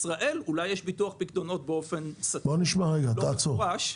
בוא נשמע רגע, תעצור.